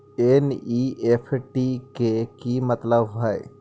NEFT के कि मतलब होइ?